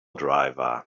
driver